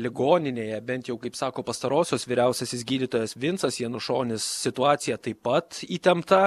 ligoninėje bent jau kaip sako pastarosios vyriausiasis gydytojas vincas janušonis situaciją taip pat įtempta